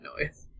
noise